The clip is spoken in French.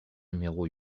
numéro